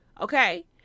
Okay